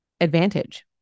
advantage